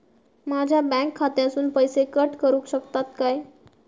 माझ्या बँक खात्यासून पैसे कट करुक शकतात काय?